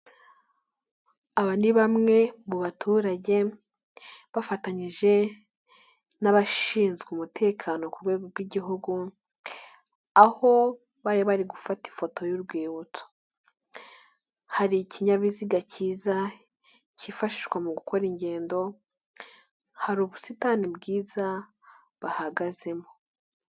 Aba ni bamwe mu baturage bafatanyije n'abashinzwe umutekano ku rwego rw'igihugu, aho bari bari gufata ifoto y'urwibutso, hari ikinyabiziga cyiza kifashishwa mu gukora ingendo, hari ubusitani bwiza bahagazemo.